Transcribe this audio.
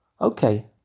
okay